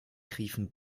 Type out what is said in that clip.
riefen